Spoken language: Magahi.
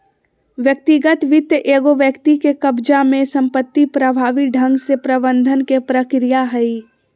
व्यक्तिगत वित्त एगो व्यक्ति के कब्ज़ा में संपत्ति प्रभावी ढंग से प्रबंधन के प्रक्रिया हइ